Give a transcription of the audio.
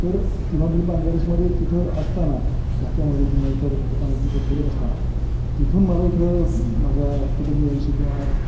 तर किंवा मी बांग्लादेशमध्ये तिथं असताना ढाक्यामध्ये किंवा इतर ठिकाणी तिथं फिरत असताना तिथून मला इकडं माझ्या कुटुंबियांंशी किंवा